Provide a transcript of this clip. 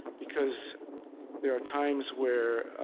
because there are times where